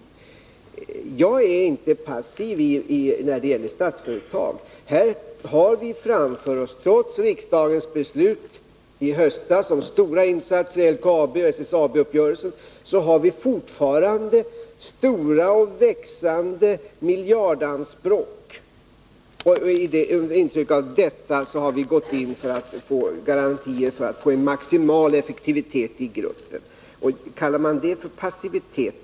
Jag ärinte passiv när det gäller Statsföretag. Här har vi fortfarande framför oss — trots riksdagens beslut i höstas om stora insatser i LKAB och SSAB — stora och växande miljardanspråk. Under intryck av detta har vi gått in för att få garantier för en maximal effektivitet inom gruppen. Kallar man det för passivitet.